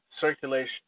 circulation